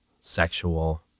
sexual